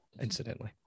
incidentally